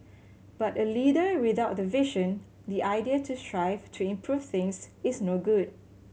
but a leader without the vision the idea to strive to improve things is no good